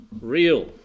real